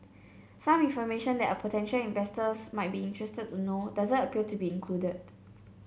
some information that a potential investors might be interested to know doesn't appear to be included